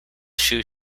shoe